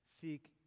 seek